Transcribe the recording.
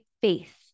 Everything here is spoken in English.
faith